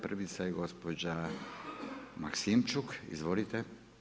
Prva je gospođa Maksimčuk, izvolite.